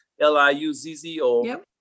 L-I-U-Z-Z-O